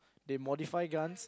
they modify guns